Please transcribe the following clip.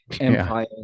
empire